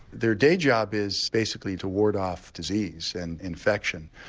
their day job is basically to ward off disease and infection.